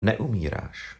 neumíráš